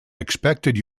expected